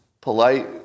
polite